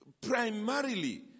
primarily